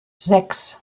sechs